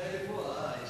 ההצעה להעביר את